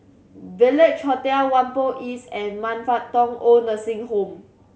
Village Hotel Whampoa East and Man Fut Tong OId Nursing Home